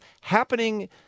happening